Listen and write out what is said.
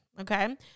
Okay